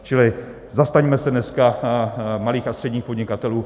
Čili zastaňme se dneska malých a středních podnikatelů.